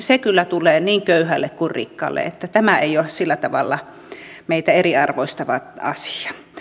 se kyllä tulee niin köyhälle kuin rikkaalle että tämä ei ole sillä tavalla meitä eriarvoistava asia